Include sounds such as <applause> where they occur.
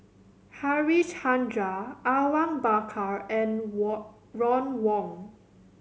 Harichandra Awang Bakar and <unintelligible> Ron Wong